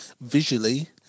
visually